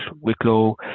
Wicklow